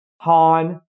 Han